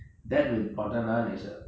that with butter naan is a